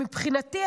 מבחינתי,